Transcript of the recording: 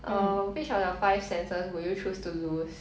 err which of the five senses would you choose to lose